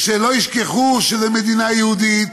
וכדי שלא ישכחו שזו מדינה יהודית